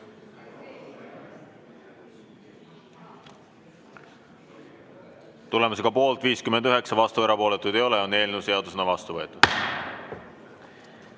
Tulemusega poolt 59, vastu ja erapooletuid ei ole, on eelnõu seadusena vastu võetud.